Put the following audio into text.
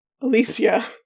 Alicia